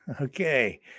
Okay